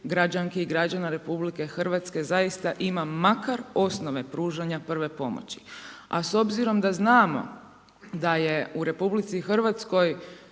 građanki i građana RH zaista ima makar osnove pružanja prve pomoći. A s obzirom da znamo da je u RH više od